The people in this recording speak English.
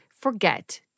forget